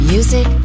Music